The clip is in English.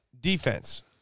Defense